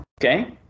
Okay